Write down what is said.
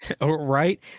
right